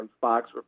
Fox